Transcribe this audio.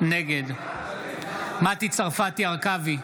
נגד מטי צרפתי הרכבי,